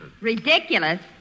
Ridiculous